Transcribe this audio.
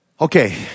okay